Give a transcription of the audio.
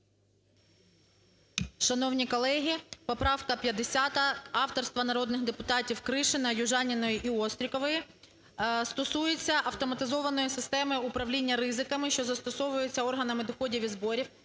Шановні колеги! Поправка 50 авторства народних депутатів Кришина, Южаніної і Острікової стосується автоматизованої системи управління ризиками, що застосовується органами доходів і зборів,